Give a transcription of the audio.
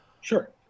Sure